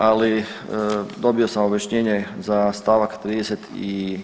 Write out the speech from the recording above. Ali dobio sam objašnjenje za stavak 33.